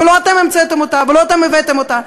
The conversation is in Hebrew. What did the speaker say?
לא אתם המצאתם אותה ולא אתם הבאתם אותה,